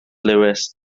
lewis